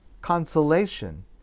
consolation